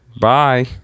bye